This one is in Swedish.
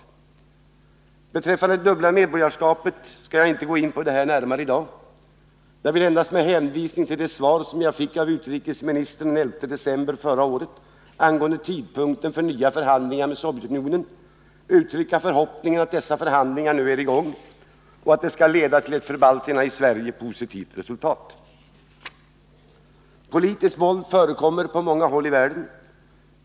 Vad beträffar det dubbla medborgarskapet skall jag inte gå in på det närmare här i dag. Jag vill endast, med hänvisning till det svar som jag fick av utrikesministern den 11 december förra året angående tidpunkten för nya förhandlingar med Sovjetunionen, uttrycka förhoppningen att dessa förhandlingar nu är i gång och att de skall leda till ett för balterna i Sverige positivt resultat. Politiskt våld förekommer på många håll i världen.